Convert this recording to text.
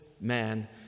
man